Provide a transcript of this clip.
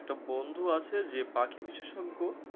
একটা বন্ধু আছে যে পাখি বিশেষজ্ঞ